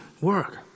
work